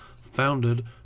founded